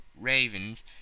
ravens